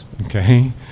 Okay